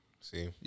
See